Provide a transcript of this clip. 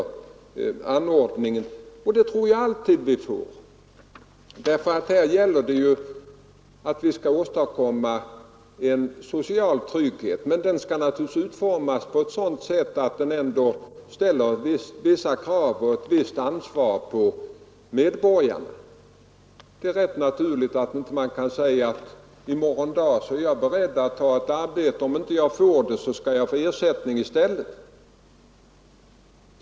Vad det gäller är att skapa social trygghet, men systemet skall naturligtvis utformas på ett sådant sätt att det ställer vissa krav på och förutsätter ett visst ansvar hos medborgarna. Det är rätt naturligt att en person inte kan säga, att jag är beredd att i morgon ta ett arbete — om jag inte får det skall jag ha ersättning i stället.